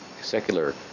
secular